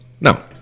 No